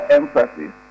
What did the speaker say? emphasis